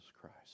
Christ